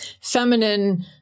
feminine